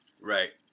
Right